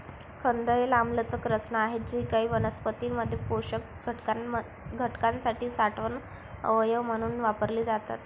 कंद ही लांबलचक रचना आहेत जी काही वनस्पतीं मध्ये पोषक घटकांसाठी साठवण अवयव म्हणून वापरली जातात